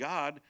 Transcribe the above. God